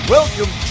Welcome